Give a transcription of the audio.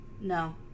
No